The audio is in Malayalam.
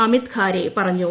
അമിത് ഖാരെ പറഞ്ഞു